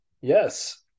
Yes